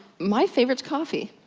my favorit is coffee.